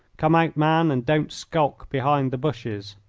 come out, man, and don't skulk behind the bushes.